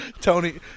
Tony